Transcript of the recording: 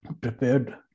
prepared